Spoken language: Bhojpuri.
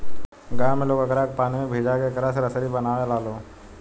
गांव में लोग एकरा के पानी में भिजा के एकरा से रसरी बनावे लालो